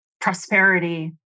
prosperity